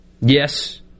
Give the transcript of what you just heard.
yes